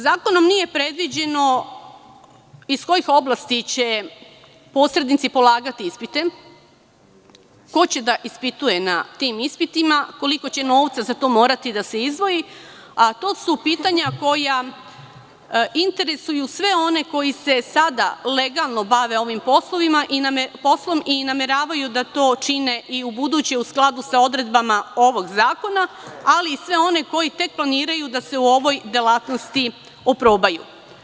Zakonom nije predviđeno iz kojih oblasti će posrednici polagati ispite, ko će da ispituje na tim ispitima, koliko će novca za to morati da se izdvoji, a to su pitanja koja interesuju sve one koji se sada legalno bave ovim poslom i nameravaju da to čine i ubuduće, u skladu sa odredbama ovog zakona, ali i sve one koji tek planiraju da se u ovoj delatnosti oprobaju.